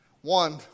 One